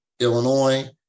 Illinois